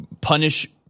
punish